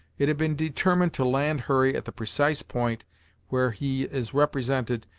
it had been determined to land hurry at the precise point where he is represented,